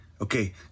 Okay